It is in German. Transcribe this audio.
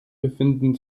befinden